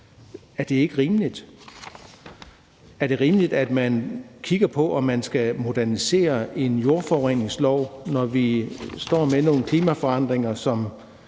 Er det ikke rimeligt? Er det rimeligt, at man kigger på, om man skal modernisere en jordforureningslov, når vi står med nogle klimaforandringer, som